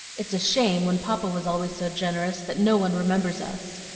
it's a shame, when papa was always so generous, that no one remembers us.